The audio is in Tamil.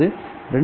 5 முதல் 10 ஜி